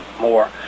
more